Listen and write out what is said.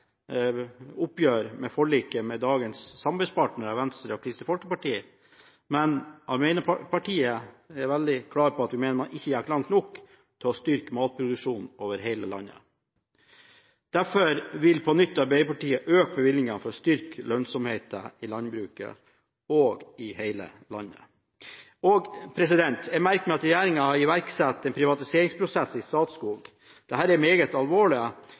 oppgjør etter forliket med dagens samarbeidspartnere, Venstre og Kristelig Folkeparti, men Arbeiderpartiet er veldig klar på at vi mener man ikke gikk langt nok for å styrke matproduksjonen over hele landet. Derfor vil Arbeiderpartiet på nytt øke bevilgningene for å styrke lønnsomheten i landbruket i hele landet. Jeg merker meg at regjeringen har iverksatt en privatiseringsprosess i Statskog. Dette er meget